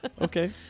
Okay